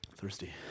Thirsty